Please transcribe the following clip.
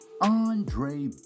Andre